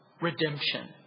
redemption